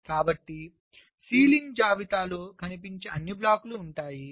కాబట్టి సీలింగ్ జాబితాలో కనిపించే అన్ని బ్లాక్లు ఉంటాయి